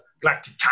Galactic